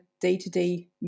day-to-day